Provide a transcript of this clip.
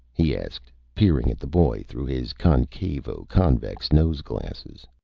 he asked, peering at the boy through his concavo-convex nose glasses.